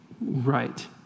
Right